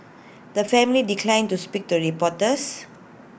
the family declined to speak to reporters